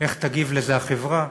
איך תגיב לזה החברה.